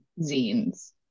zines